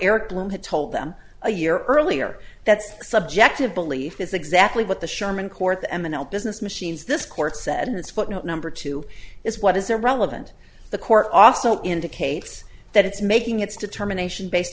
eric bloom had told them a year earlier that's subjective belief is exactly what the sherman court eminent business machines this court said in his footnote number two is what is irrelevant the court also indicates that it's making its determination based